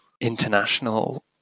international